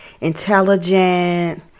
intelligent